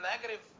negative